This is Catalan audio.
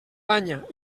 banya